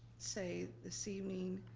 say this evening,